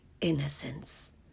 innocence